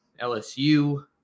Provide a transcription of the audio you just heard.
LSU